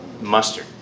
mustard